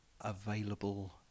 available